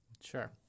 Sure